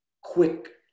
quick